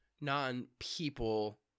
non-people